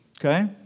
Okay